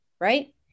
Right